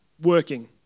working